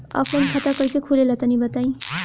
Offline खाता कइसे खुले ला तनि बताई?